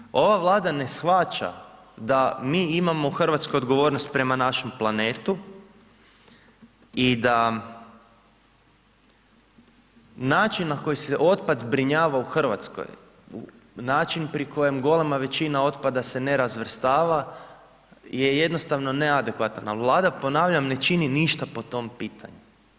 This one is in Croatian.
Također ova Vlada ne shvaća da mi imamo u Hrvatskoj odgovornost prema našem planetu i da način na koji se otpad zbrinjava u Hrvatskoj, način pri kojem golema većina otpada se ne razvrstava je jednostavno neadekvatan ali Vlada ponavljam ne čini ništa po tom pitanju.